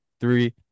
Three